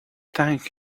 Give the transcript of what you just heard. thanked